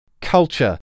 culture